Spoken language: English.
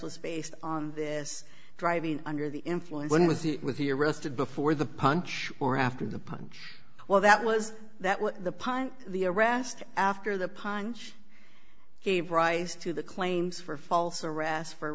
was based on this driving under the influence when was it with the arrested before the punch or after the punch well that was that was the pint the arrest after the punch gave rise to the claims for false arrest for